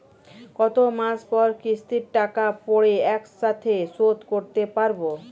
কত মাস পর কিস্তির টাকা পড়ে একসাথে শোধ করতে পারবো?